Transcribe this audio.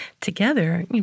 together